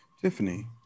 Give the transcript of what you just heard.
Tiffany